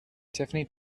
tiffany